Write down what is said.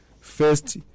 First